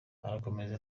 arakomeza